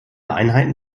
einheiten